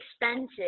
expensive